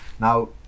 Now